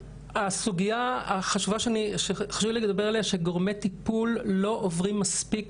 הסוגיה שחשוב לי לדבר עליה היא שגורמי טיפול לא עוברים מספיק